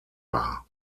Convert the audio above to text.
war